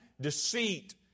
deceit